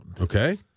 Okay